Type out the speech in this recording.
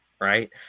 right